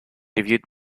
reviewed